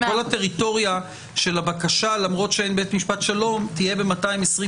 כל הטריטוריה של הבקשה למרות שאין בית משפט שלום תהיה ב-220ד,